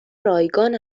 رایگان